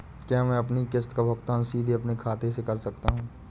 क्या मैं अपनी किश्त का भुगतान सीधे अपने खाते से कर सकता हूँ?